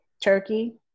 turkey